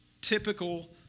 typical